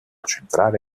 centrale